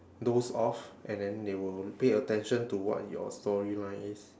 doze off and then they will pay attention to what your story line is